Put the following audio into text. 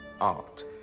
art